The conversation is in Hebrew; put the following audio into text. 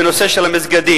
בנושא של המסגדים,